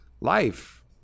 life